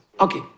Okay